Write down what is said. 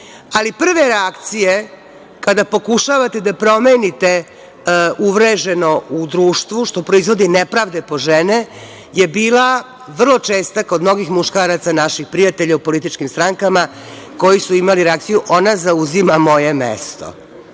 prve reakcije kada pokušavate da promenite uvreženo u društvu što proizvodi nepravde po žene je bila vrlo česta kod mnogih muškaraca naših prijatelja u političkim strankama koji su imali reakciju - ona zauzima moje mesto.